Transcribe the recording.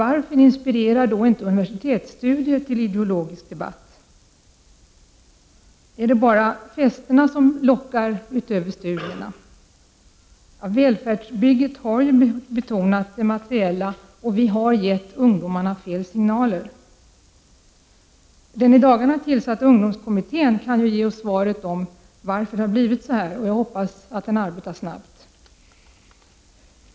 Varför inspirerar inte universitetsstudier till ideologisk debatt? Är det bara festerna, utöver studierna, som lockar? Välfärdsbygget har betonat materiella frågor. Vi har gett ungdomarna fel signaler. Den i dagarna tillsatta ungdomskommittén kan ge oss svaret på varför det har blivit så här. Jag hoppas att den arbetar snabbt.